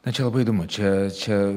na čia labai įdomu čia čia